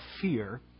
fear